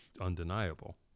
undeniable